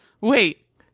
Wait